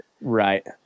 Right